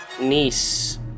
niece